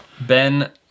Ben